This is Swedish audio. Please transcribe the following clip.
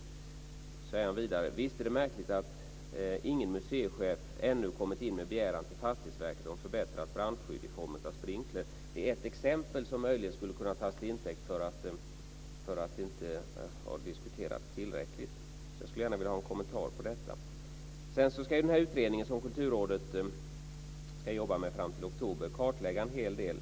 Vidare säger han: Visst är det märkligt att ingen museichef ännu kommit in med begäran till Fastighetsverket om förbättrat brandskydd i form av sprinkler. Det är ett exempel som möjligen skulle kunna tas till intäkt för att detta inte har diskuterats tillräckligt. Jag skulle gärna vilja ha en kommentar till detta. Den utredning som Kulturrådet ska jobba med fram till oktober ska kartlägga en hel del.